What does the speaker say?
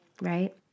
right